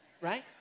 right